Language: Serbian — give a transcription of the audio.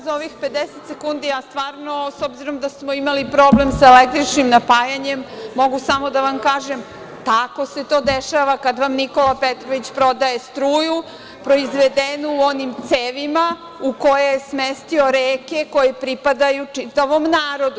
Za ovih 50 sekundi ja stvarno, s obzirom da smo imali problem sa električnim napajanjem, mogu samo da vam kažem tako se to dešava kad vam Nikola Petrović prodaje struju proizvedenu onim cevima u koje je smestio reke koje pripadaju čitavom narodu.